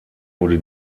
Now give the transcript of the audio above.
wurde